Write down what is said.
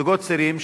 זוגות צעירים,